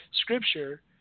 scripture